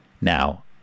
Now